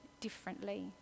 differently